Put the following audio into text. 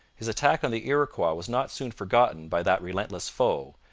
his attack on the iroquois was not soon forgotten by that relentless foe,